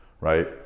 right